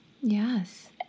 Yes